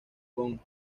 kong